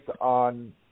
on